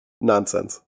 nonsense